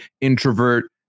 introvert